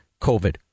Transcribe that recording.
COVID